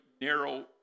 narrow